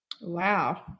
Wow